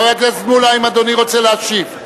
חבר הכנסת מולה, האם אדוני רוצה להשיב?